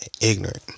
ignorant